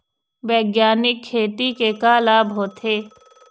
बैग्यानिक खेती के का लाभ होथे?